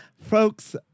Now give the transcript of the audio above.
folks